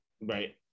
Right